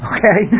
Okay